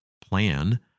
plan